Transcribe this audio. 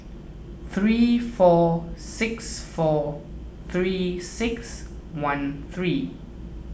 three four six four three six one three